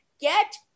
get